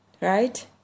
Right